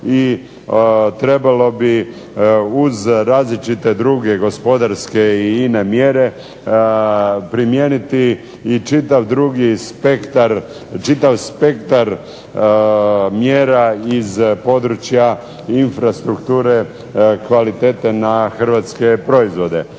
I trebalo bi uz različite druge gospodarske i ine mjere primijeniti i čitav drugi spektar, čitav spektar mjera iz područja infrastrukture kvalitete na hrvatske proizvode.